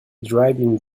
driving